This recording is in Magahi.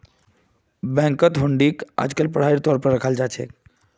बैंकत हुंडीक आजकल पढ़ाई तौर पर रखाल जा छे